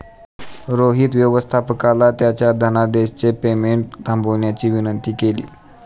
रोहित व्यवस्थापकाला त्याच्या धनादेशचे पेमेंट थांबवण्याची विनंती केली